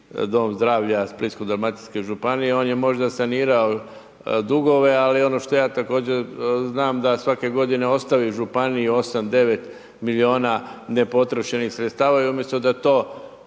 dom zdravlja Splitsko-dalmatinske županije, on je možda sanirao dugove, ali ono što ja također znam da svake godine ostavi županiji 8, 9 milijuna nepotrošenih sredstava i umjesto da to